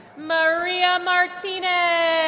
maria martinez